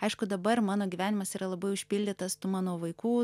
aišku dabar mano gyvenimas yra labai užpildytas tų mano vaikų